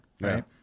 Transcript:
right